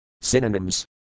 Synonyms